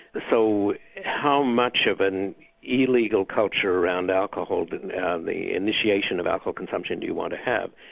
so how much of an illegal culture around alcohol but and and the initiation of alcohol consumption do you want to have?